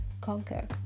conquer